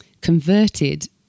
converted